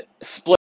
split